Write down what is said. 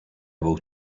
will